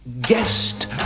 guest